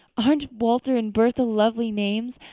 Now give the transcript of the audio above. aren't walter and bertha lovely names?